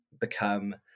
become